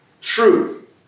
truth